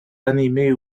animées